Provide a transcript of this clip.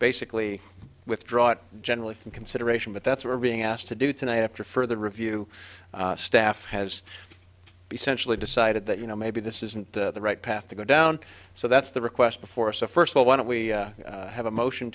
basically withdraw it generally from consideration but that's we're being asked to do tonight after further review staff has to be centrally decided that you know maybe this isn't the right path to go down so that's the request before so first of all why don't we have a motion